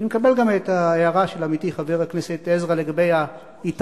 אני מקבל גם את ההערה של עמיתי חבר הכנסת עזרא לגבי "היתרון".